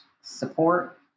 support